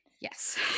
Yes